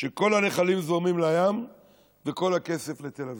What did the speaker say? כל הנחלים זורמים לים וכל הכסף, לתל אביב.